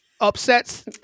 upsets